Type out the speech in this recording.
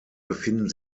befinden